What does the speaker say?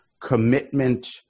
commitment